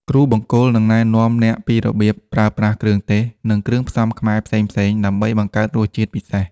គ្រូបង្គោលនឹងណែនាំអ្នកពីរបៀបប្រើប្រាស់គ្រឿងទេស និងគ្រឿងផ្សំខ្មែរផ្សេងៗ ដើម្បីបង្កើតរសជាតិពិសេស។